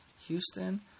Houston